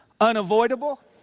Unavoidable